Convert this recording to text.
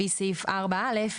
לפי סעיף 4(א),